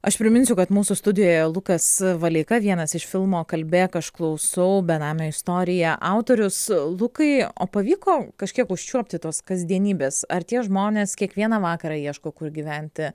aš priminsiu kad mūsų studijoje lukas valeika vienas iš filmo kalbėk aš klausau benamio istorija autorius lukai o pavyko kažkiek užčiuopti tos kasdienybės ar tie žmonės kiekvieną vakarą ieško kur gyventi